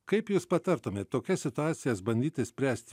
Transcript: kaip jūs patartumėt tokias situacijas bandyti išspręsti